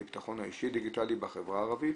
לביטחון האישי הדיגיטלי בחברה הערבית.